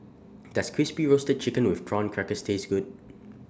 Does Crispy Roasted Chicken with Prawn Crackers Taste Good